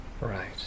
Right